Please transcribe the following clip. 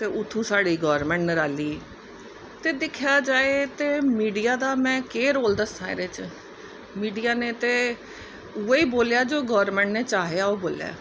ते उत्थु साढ़ी गोर्मेंट नराली ते दिक्खेआ जाए ते मिडिया दा में केह् रोल दस्सां इ'दे च मिडिया ने ते उ'यै बोलेआ जो गोर्मेंट ने चाहेआ